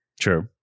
True